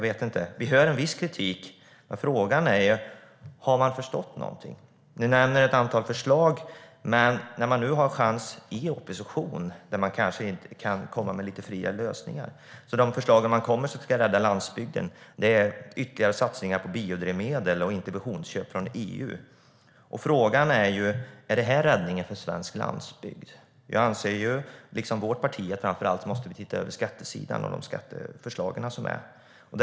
Vi hör en viss kritik, men frågan är om ni har förstått någonting. Ni nämner ett antal förslag, men nu har ni chansen i opposition att komma med lite fria lösningar. De förslag som ni kommer med som ska rädda landsbygden är ytterligare satsningar på biodrivmedel och interventionsköp från EU. Frågan är: Är det här räddningen för svensk landsbygd? Jag, liksom mitt parti, anser att vi framför allt måste se över de skatteförslag som ligger.